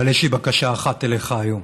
אבל יש לי בקשה אחת אליך היום.